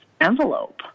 envelope